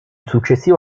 successivo